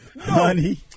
Honey